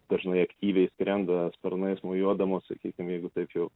dažnai aktyviai skrenda sparnais mojuodamos sakykim jeigu taip jau